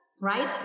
right